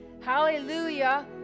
hallelujah